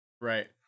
Right